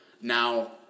Now